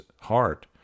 heart